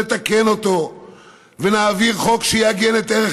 אנחנו נתקן אותו ונעביר חוק שיעגן את ערך